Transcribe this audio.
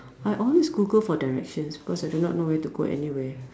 I always Google for directions because I do not know where to go anywhere